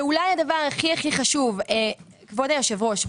ואולי הדבר הכי חשוב כבוד היושב-ראש,